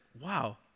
wow